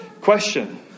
question